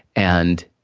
and,